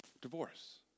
divorce